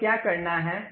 हमें क्या करना है